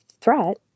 threat